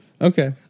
okay